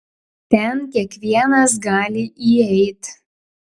ten kiekvienas gali įeit